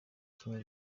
king